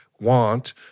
want